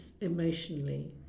emotionally